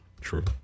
True